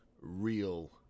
real